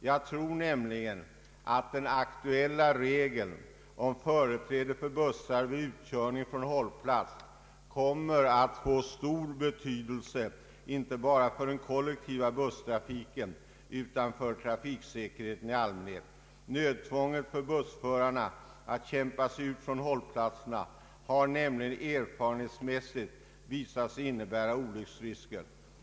Jag tror nämligen att den aktuella regeln om företräde för bussar vid utkörning från hållplats kommer att få stor betydelse inte bara för den kollektiva busstrafiken utan för trafiksäkerheten i allmänhet. Nödtvånget för bussförarna att kämpa sig ut från hållplatserna har nämligen erfarenhetsmässigt visat sig innebära olycksrisker.